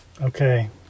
okay